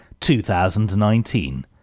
2019